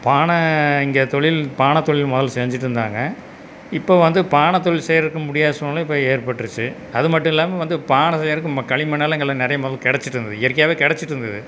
பானை இங்கே தொழில் பானை தொழில் முதல செஞ்சுட்ருந்தாங்க இப்போது வந்து பானை தொழில் செய்யறக்கு முடியாத சூழ்நிலை இப்போ ஏற்பட்டிருச்சு அது மட்டும் இல்லாமல் வந்து பானை செய்யறக்கு களிமண்ணெல்லாம் இங்கெல்லாம் நிறைய கிடச்சிட்ருந்துது இயற்கையாவே கிடச்சிட்ருந்துது